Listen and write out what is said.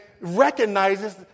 recognizes